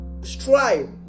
strive